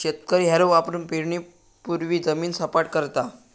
शेतकरी हॅरो वापरुन पेरणीपूर्वी जमीन सपाट करता